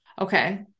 Okay